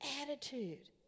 attitude